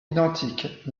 identiques